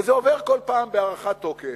וזה עובר כל פעם בהארכת תוקף,